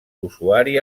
usuari